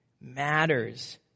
matters